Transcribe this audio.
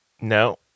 No